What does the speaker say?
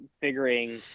figuring